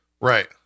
right